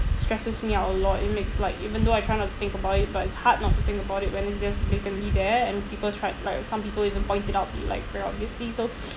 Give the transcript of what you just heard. stresses me out lor it makes like even though I try not to think about it but it's hard not to think about it when it's just vacantly there and peoples tried like uh some people even pointed out to you like very obviously so